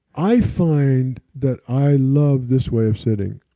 i find that i love this way of sitting.